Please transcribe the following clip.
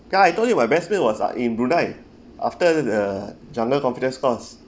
ya I told you my best meal was uh in brunei after the jungle confidence course